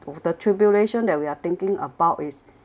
with the tribulation that we are thinking about is